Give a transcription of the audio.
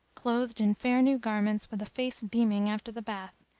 clothed in fair new garments, with a face beaming after the bath,